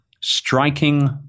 Striking